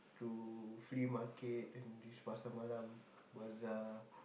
to flea market and these Pasar Malam bazaar